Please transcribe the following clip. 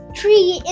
tree